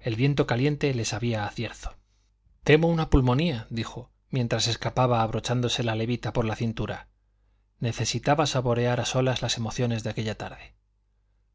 el viento caliente le sabía a cierzo temo una pulmonía dijo mientras escapaba abrochándose la levita por la cintura necesitaba saborear a solas las emociones de aquella tarde